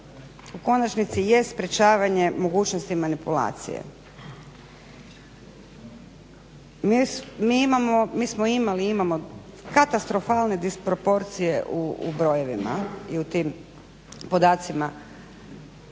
u konačnici jest sprječavanje mogućnosti manipulacije. Mi smo imali i imamo katastrofalne disproporcije u brojevima i u tim podacima